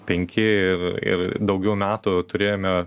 penki ir daugiau metų turėjome